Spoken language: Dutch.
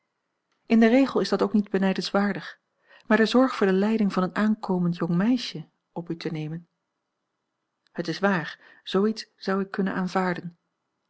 in den regel is dat ook niet benijdenswaardig maar de zorg voor de leiding van een aankomend jong meisje op u te nemen het is waar zoo iets zou ik kunnen aanvaarden